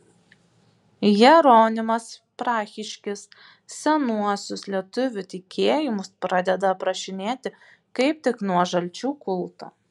jeronimas prahiškis senuosius lietuvių tikėjimus pradeda aprašinėti kaip tik nuo žalčių kulto